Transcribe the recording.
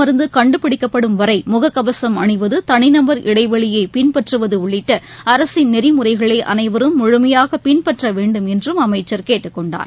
மருந்துகண்டுபிடிக்கப்படும் வரைமுகக்கவசம் கடுப்பு அணிவகு கனிநபர் இடைவெளியைபின்பற்றுவதுஉள்ளிட்டஅரசின் நெறிமுறைகளைஅனைவரும் முழுமையாகபின்பற்றவேண்டும் என்றும் அமைச்சர் கேட்டுக்கொண்டார்